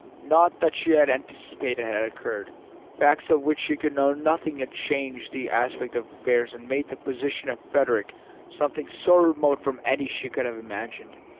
nought that she had anticipated had occurred facts of which she could know nothing had changed the aspect of affairs and made the position of frederick something so remote from any she could have imagined,